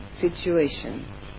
situation